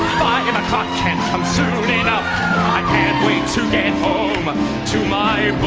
and o'clock can't come soon enough i can't wait to get home but to my